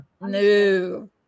no